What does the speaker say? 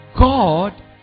God